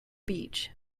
beach